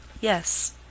Yes